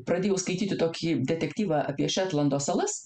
pradėjau skaityti tokį detektyvą apie šetlando salas